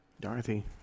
Dorothy